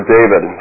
David